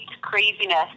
craziness